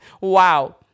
Wow